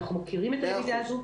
אנחנו מכירים את הלמידה הזו,